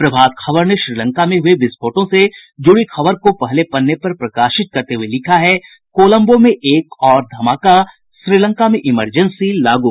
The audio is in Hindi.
प्रभात खबर ने श्रीलंका में हुए विस्फोटों से जुड़ी खबर को पहले पन्ने पर प्रकाशित करते हुए लिखा है कोलंबो में एक और धमाका श्रीलंका में इमरजेंसी लागू